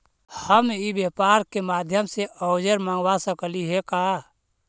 हम ई व्यापार के माध्यम से औजर मँगवा सकली हे का?